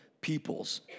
peoples